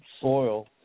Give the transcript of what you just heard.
soil